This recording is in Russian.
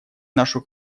нашу